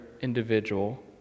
Individual